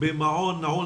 במעון נעול